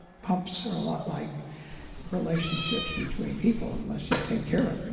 pumps are a lot like relationships between people. unless you take care of them,